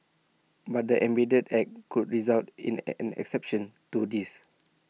but the amended act could result in A an exception to this